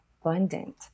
abundant